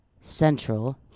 Central